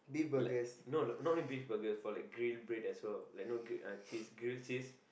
like no not in beef burger more like grill bread as well like not grilled cheese grill cheese like